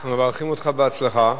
אנחנו מברכים אותך בהצלחה.